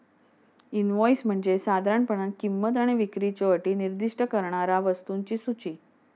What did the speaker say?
invoice म्हणजे साधारणपणान किंमत आणि विक्रीच्यो अटी निर्दिष्ट करणारा वस्तूंची सूची